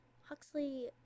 Huxley